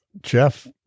jeff